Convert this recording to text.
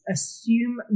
Assume